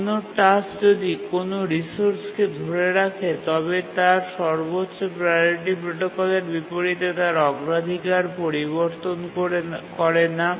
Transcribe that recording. কোনও টাস্ক যদি কোনও রিসোর্সকে ধরে রাখে তবে তার সর্বোচ্চ প্রাওরিটি প্রোটোকলের বিপরীতে তার অগ্রাধিকার পরিবর্তন করে না